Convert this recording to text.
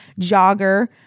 Jogger